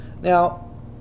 Now